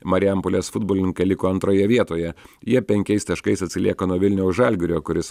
marijampolės futbolininkai liko antroje vietoje jie penkiais taškais atsilieka nuo vilniaus žalgirio kuris